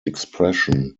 expression